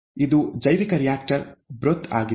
ಇದು ಜೈವಿಕ reactor broth ಆಗಿದೆ